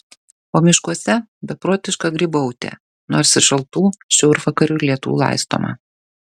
o miškuose beprotiška grybautė nors ir šaltų šiaurvakarių lietų laistoma